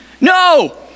No